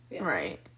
Right